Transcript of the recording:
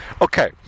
Okay